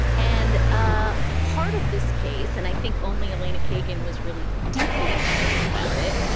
and ah part of this case, and i think only elena kagan was really deeply excited about it,